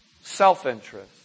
self-interest